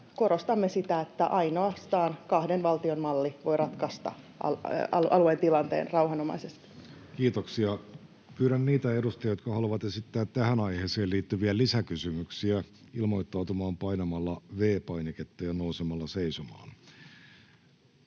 korostamme sitä, että ainoastaan kahden valtion malli voi ratkaista alueen tilanteen rauhanomaisesti. Kiitoksia. — Pyydän niitä edustajia, jotka haluavat esittää tähän aiheeseen liittyviä lisäkysymyksiä, ilmoittautumaan painamalla V-painiketta ja nousemalla seisomaan.